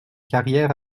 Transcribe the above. carrières